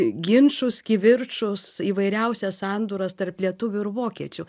ginčus kivirčus įvairiausias sandūras tarp lietuvių ir vokiečių